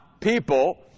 people